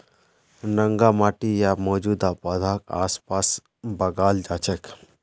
नंगा माटी या मौजूदा पौधाक आसपास लगाल जा छेक